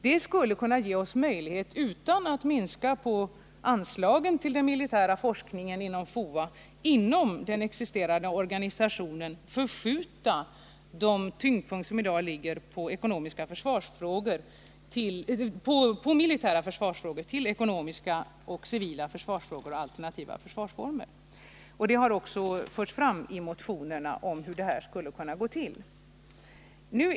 Det skulle kunna ge oss möjligheter, utan att minska på anslagen till den militära forskningen inom FOA, att inom den existerande organisationen förskjuta den tyngdpunkt som i dag ligger på militära försvarsfrågor till ekonomiska och civila försvarsfrågor och alternativa försvarsformer. Hur det skulle kunna gå till har också förts fram motionsvägen.